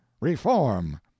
reform